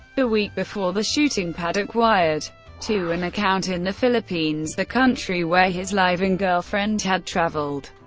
the week before the shooting, paddock wired to an account in the philippines, the country where his live-in girlfriend had traveled,